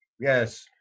Yes